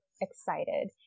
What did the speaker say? excited